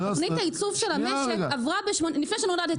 תוכנית העיצוב של המשק עברה לפני שנולדתי,